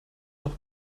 noch